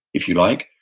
if you like.